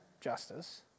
justice